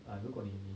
啊如果你你